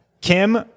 Kim